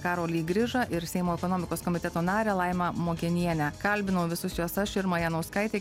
karolį grižą ir seimo ekonomikos komiteto narę laimą mogenienę kalbinau visus jos aš irma janauskaitė